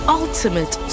ultimate